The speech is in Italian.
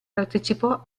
partecipò